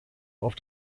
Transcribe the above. auf